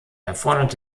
erfordert